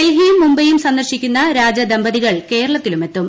ഡൽഹിയും മുംബൈയും സന്ദർശിക്കുന്ന രാജ ദമ്പതികൾ കേരളത്തിലുമെത്തും